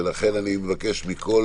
ולכן אני מבקש מכל